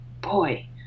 boy